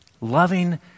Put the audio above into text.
Loving